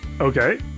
Okay